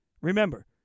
Remember